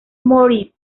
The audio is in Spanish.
moritz